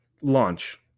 launch